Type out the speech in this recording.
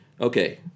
Okay